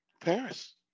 Paris